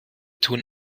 tun